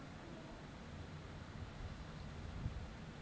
যে ছব টাকা গুলা এখল ইলটারলেটে ব্যাভার হ্যয়